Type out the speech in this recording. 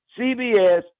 CBS